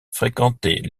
fréquentait